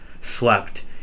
slept